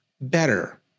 better